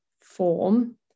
form